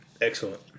Excellent